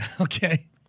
Okay